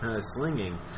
slinging